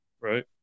Right